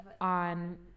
on